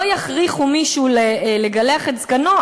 לא יכריחו מישהו לגלח את זקנו,